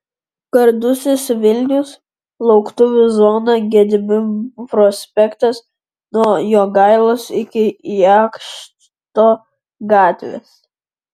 gardusis vilnius lauktuvių zona gedimino prospektas nuo jogailos iki jakšto gatvės